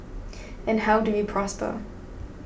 and how do we prosper